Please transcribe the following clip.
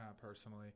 personally